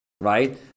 right